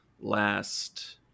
last